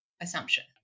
assumption